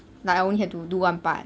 like I only had to do one part